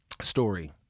story